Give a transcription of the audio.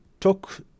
talk